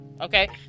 Okay